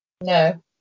no